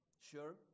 sure